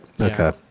Okay